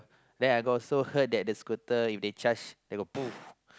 then I got also heard that the scooter if they charge they got